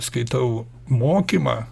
skaitau mokymą